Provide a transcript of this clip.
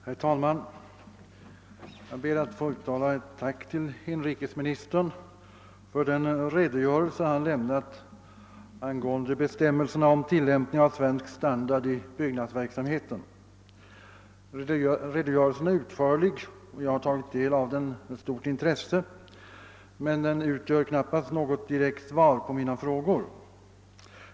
Herr talman! Jag ber att få uttala ett tack till inrikesministern för den redogörelse han lämnat angående bestämmelserna om tillämpning av svensk standard i byggnadsverksamheten. Redogörelsen är utförlig, och jag har tagit del av den med stort intresse, men den utgör knappast något direkt svar på mina frågor.